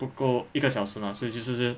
不够一个小时 mah 所以就是先